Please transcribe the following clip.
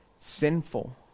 sinful